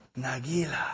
nagila